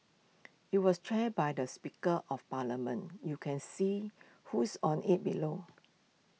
IT was chaired by the speaker of parliament you can see who's on IT below